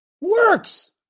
Works